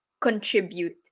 contribute